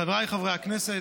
חבריי חברי הכנסת,